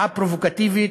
ההצעה פרובוקטיבית,